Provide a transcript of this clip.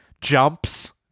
jumps